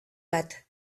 bat